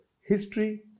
history